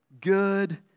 good